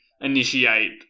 initiate